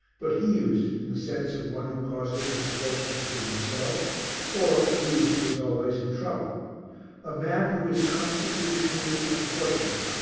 but he used it in the sense of one who causes misfortunes to himself or, at least, who is always in trouble a man who is constitutionally unfortunate,